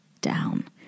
down